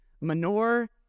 manure